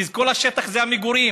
כי כל השטח זה מגורים,